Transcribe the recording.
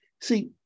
see